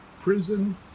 prison